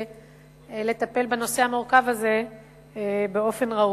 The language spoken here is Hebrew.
יש לטפל בנושא המורכב הזה באופן ראוי.